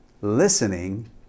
listening